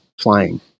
flying